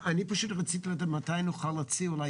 אני פשוט רציתי לדעת מתי נוכל להוציא אולי